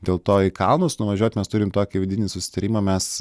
dėl to į kalnus nuvažiuoti mes turim tokį vidinį susitarimą mes